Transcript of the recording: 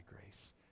grace